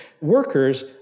Workers